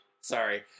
Sorry